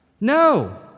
No